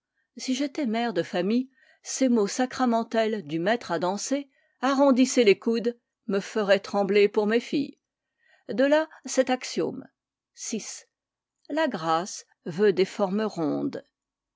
si j'étais mère de famille ces mots sacramentels du maître à danser arrondissez les coudes me feraient trembler pour mes filles de là cet axiome vi la grâce veut des formes rondes